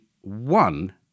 one